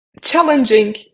challenging